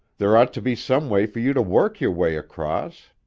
there ought to be some way for you to work your way across.